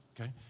okay